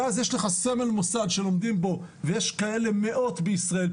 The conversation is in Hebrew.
ואז יש לך סמל מוסד שלומדים בו ויש כאלה מאות בישראל,